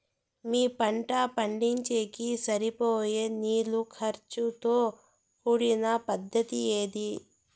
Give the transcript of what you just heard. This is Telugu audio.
మీ పంట పండించేకి సరిపోయే నీళ్ల ఖర్చు తో కూడిన పద్ధతి ఏది?